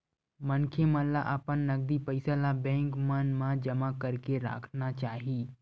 मनखे मन ल अपन नगदी पइया ल बेंक मन म जमा करके राखना चाही